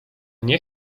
nie